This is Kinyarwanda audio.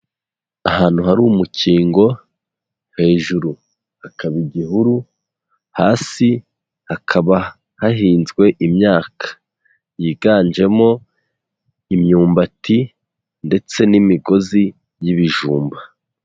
Ahantu hari umukingo, hejuru hakaba igihuru, hasi hakaba hahinzwe imyaka. Yiganjemo imyumbati ndetse n'imigozi y'ibijumba.